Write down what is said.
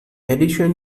addition